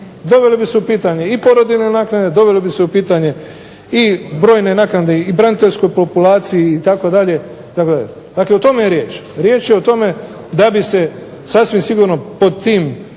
Dovele bi se u pitanje i porodiljne naknade, dovele bi se u pitanje i brojne naknade i braniteljskoj populaciji itd. O tom je riječ. Riječ je o tome da bi se sasvim sigurno pod tim